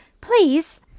Please